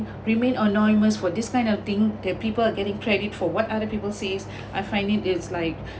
remain anonymous for this kind of thing that people are getting credit for what other people says I find it is like